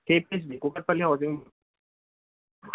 ఇపిజ్ బి కూకట్పల్లి హౌజింగ్